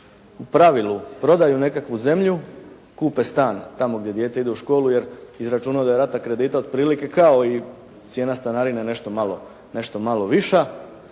u pravilu prodaju nekakvu zemlju, kupe stan tamo gdje dijete ide u školu jer izračunao je da rata kredita otprilike kao i cijena stanarine, da je nešto malo viša